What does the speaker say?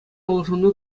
улшӑну